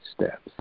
steps